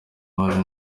hari